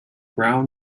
brown